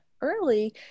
early